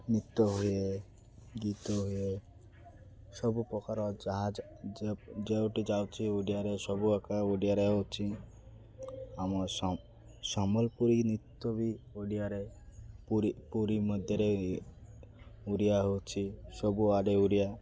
ନୃତ୍ୟ ହୁଏ ଗୀତ ହୁଏ ସବୁ ପ୍ରକାର ଯାହା ଯେଉଁଠି ଯାଉଛିି ଓଡ଼ିଆରେ ସବୁ ଏକା ଓଡ଼ିଆରେ ହେଉଛିି ଆମ ସମ୍ବଲପୁରୀ ନୃତ୍ୟ ବି ଓଡ଼ିଆରେ ପୁରୀ ପୁରୀ ମଧ୍ୟରେ ଓଡ଼ିଆ ହେଉଛିି ସବୁ ଆଡ଼େ ଓଡ଼ିଆ